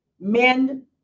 men